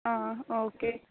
आ आ ओके